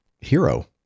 hero